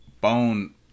bone